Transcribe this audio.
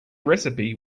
recipe